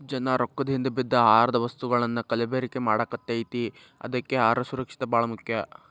ಜನಾ ರೊಕ್ಕದ ಹಿಂದ ಬಿದ್ದ ಆಹಾರದ ವಸ್ತುಗಳನ್ನಾ ಕಲಬೆರಕೆ ಮಾಡಾಕತೈತಿ ಅದ್ಕೆ ಅಹಾರ ಸುರಕ್ಷಿತ ಬಾಳ ಮುಖ್ಯ